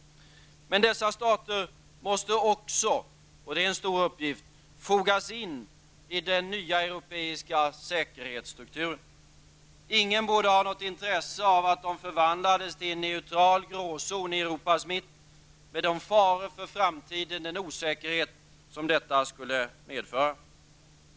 Men dessa stater måste också -- och det är en stor uppgift -- fogas in i den nya europeiska säkerhetsstrukturen. Ingen borde ha något intresse av att de förvandlades till en neutral gråzon i Europas mitt med de faror för framtiden, den osäkerhet, som detta skulle medföra.